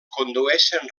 condueixen